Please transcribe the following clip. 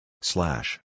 Slash